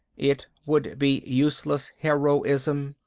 it would be useless heroism.